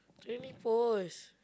trainee post